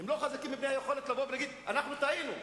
הם לא חזקים ביכולת לבוא ולהגיד: אנחנו טעינו.